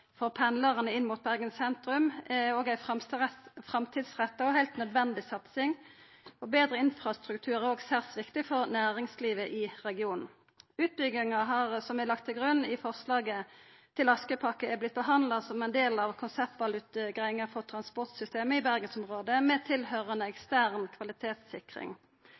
for pendlarane inn mot Bergen sentrum er òg ei framtidsretta og heilt nødvendig satsing, og betre infrastruktur er òg særs viktig for næringslivet i regionen. Utbygginga som er lagt til grunn i forslaget til Askøypakke, er blitt behandla som ein del av konseptutvalutgreiinga for transportsystemet i Bergensområdet, med tilhøyrande ekstern kvalitetssikring.